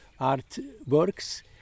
artworks